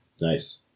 Nice